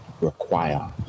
require